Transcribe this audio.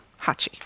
Hachi